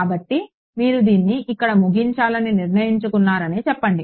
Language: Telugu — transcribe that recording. కాబట్టి మీరు దీన్ని ఇక్కడ ముగించాలని నిర్ణయించుకున్నారని చెప్పండి